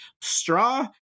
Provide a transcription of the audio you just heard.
straw